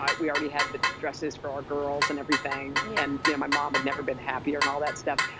um we already had the dresses for our girls and everything, yeah and you know my mom had never been happier and all that stuff.